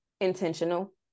intentional